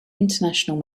international